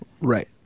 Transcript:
Right